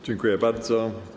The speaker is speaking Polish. Dziękuję bardzo.